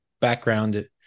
background